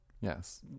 Yes